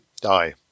die